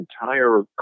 entire